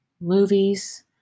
movies